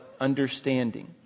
understanding